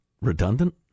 redundant